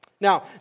Now